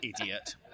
Idiot